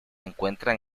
encuentran